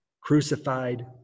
crucified